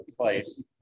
place